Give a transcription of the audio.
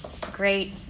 great